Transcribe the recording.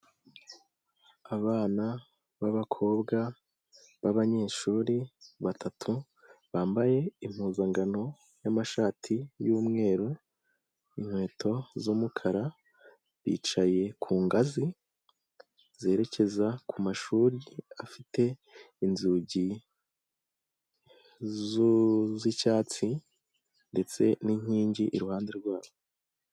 Abana b'abakobwa b'abanyeshuri, batatu bambaye impuzangano y'amashati y'umweru, inkweto z'umukara, bicaye ku ngazi zerekeza ku mashuri afite inzugi z'icyatsi, ndetse n'inkingi iruhande rwabo.